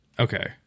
okay